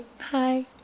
Hi